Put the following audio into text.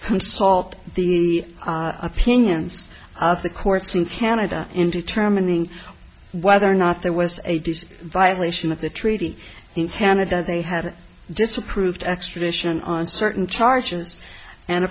some salt the opinions of the courts in canada in determining whether or not there was a decent violation of the treaty in canada they had disapproved extradition on certain charges and